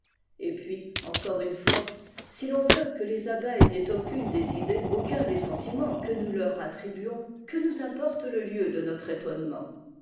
et puis encore une fois si l'on veut que les abeilles n'aient aucune des idées aucun des sentiments que nous leur attribuons que nous importe le lieu de notre étonnement